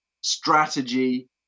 strategy